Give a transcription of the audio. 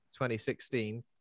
2016